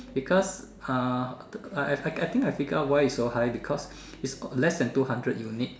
because uh I I I think I figure out why it's so high because it's less than two hundred unit